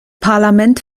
parlament